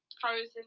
frozen